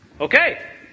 okay